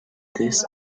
this